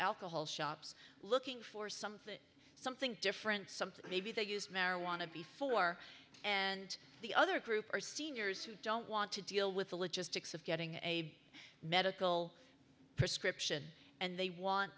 alcohol shops looking for something something different something maybe they use marijuana before and the other group are seniors who don't want to deal with the logistics of getting a medical prescription and they want